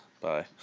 Bye